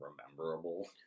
rememberable